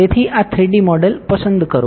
તેથી આ 3D model પસંદ કરો